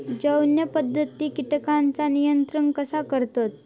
जैव पध्दतीत किटकांचा नियंत्रण कसा करतत?